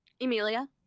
Emilia